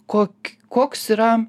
ko koks yra